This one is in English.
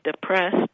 depressed